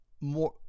more